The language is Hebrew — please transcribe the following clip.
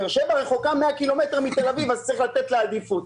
באר שבע רחוקה 100 קילומטרים מתל אביב אז צריך לתת לה עדיפות.